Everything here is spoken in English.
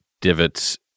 divots